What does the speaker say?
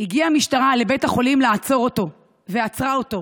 הגיעה משטרה לבית החולים לעצור אותו ועצרה אותו,